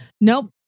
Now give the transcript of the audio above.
Nope